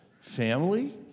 family